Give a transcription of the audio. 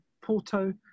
Porto